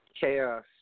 chaos